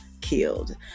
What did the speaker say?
killed